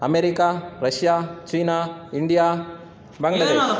America Russia China India Bangladesh